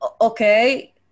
Okay